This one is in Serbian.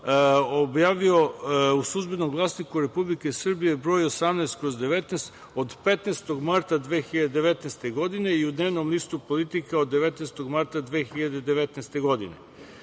objavio u „Službenom glasniku“ Republike Srbije broj 18/19, od 15. marta 2019. godine i u dnevnom listu „Politika“, od 19. marta 2019. godine.